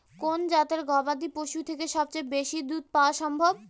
কোন জাতের গবাদী পশু থেকে সবচেয়ে বেশি দুধ পাওয়া সম্ভব?